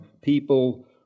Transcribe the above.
people